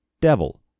Devil